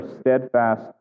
steadfast